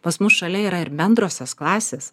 pas mus šalia yra ir bendrosios klasės